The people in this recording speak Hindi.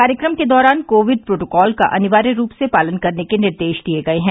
कार्यक्रम के दौरान कोविड प्रोटोकाल का अनिवार्य रूप से पालन करने के निर्देश दिये गये हैं